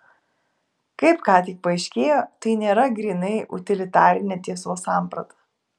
kaip ką tik paaiškėjo tai nėra grynai utilitarinė tiesos samprata